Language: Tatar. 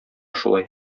шулай